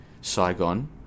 Saigon